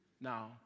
Now